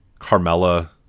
Carmella